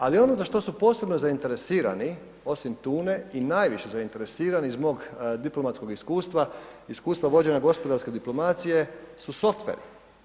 Ali ono za što su posebno zainteresirani osim tune i najviše zainteresirani zbog diplomatskog iskustva, iskustva vođenje gospodarske diplomacije su software.